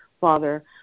Father